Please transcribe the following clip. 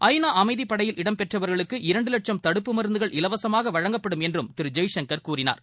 ஐ நா அமைதிப் படையில் இடம்பெற்றவர்களுக்கு இரண்டு லட்சும் தடுப்பு மருந்துகள் இலவசமாக வழங்கப்படும் என்றும் திரு ஜெய்சங்கர் கூறினார்